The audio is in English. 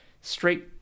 straight